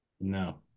No